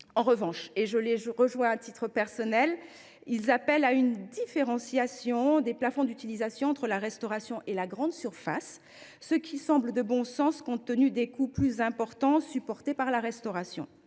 En revanche, et je les rejoins sur ce point à titre personnel, ils appellent à une différenciation des plafonds d’utilisation entre la restauration et la grande surface. Cette mesure paraît relever du bon sens compte tenu des coûts plus importants supportés par les restaurateurs.